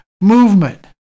movement